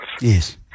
Yes